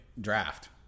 draft